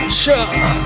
sure